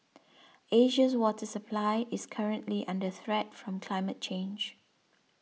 Asia's water supply is currently under threat from climate change